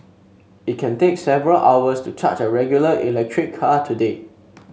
it can take several hours to charge a regular electric car today